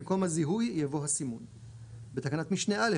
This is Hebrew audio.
במקום "הזיהוי" יבוא "הסימון"; בתקנת משנה (א),